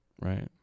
right